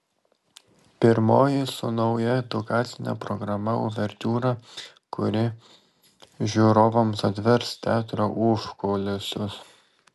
pirmoji su nauja edukacine programa uvertiūra kuri žiūrovams atvers teatro užkulisius